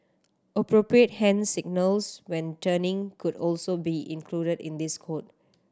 appropriate hand signals when turning could also be included in this code